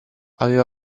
aveva